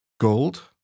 gold